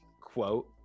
quote